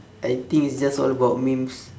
I think it's just all about memes